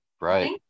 right